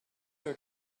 are